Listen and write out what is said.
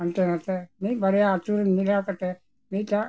ᱦᱟᱱᱛᱮ ᱱᱟᱛᱮ ᱢᱤᱫ ᱵᱟᱨᱭᱟ ᱟᱛᱳ ᱨᱮ ᱢᱤᱫ ᱫᱷᱟᱣ ᱠᱟᱛᱮ ᱢᱤᱫ ᱫᱷᱟᱣ